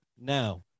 Now